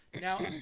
Now